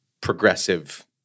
progressive